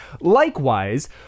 likewise